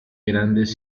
grandes